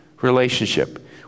relationship